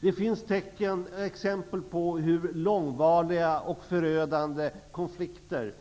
Det finns exempel på att långvariga och förödande konflikter